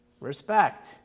respect